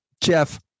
Jeff